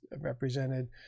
represented